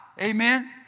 Amen